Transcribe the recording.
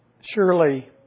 Surely